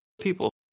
people